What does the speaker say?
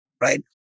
right